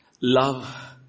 Love